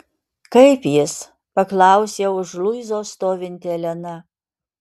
kaip jis paklausė už luizos stovinti elena